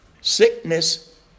Sickness